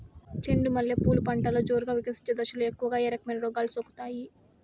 చెండు మల్లె పూలు పంటలో జోరుగా వికసించే దశలో ఎక్కువగా ఏ రకమైన రోగాలు సోకుతాయి?